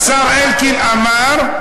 השר אלקין אמר,